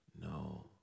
no